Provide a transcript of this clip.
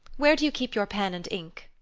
where do you keep your pen and ink?